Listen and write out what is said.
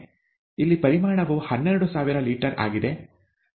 ಇಲ್ಲಿ ಪರಿಮಾಣವು ಹನ್ನೆರಡು ಸಾವಿರ ಲೀಟರ್ ಆಗಿದೆ